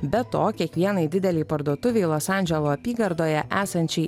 be to kiekvienai didelei parduotuvei los andželo apygardoje esančiai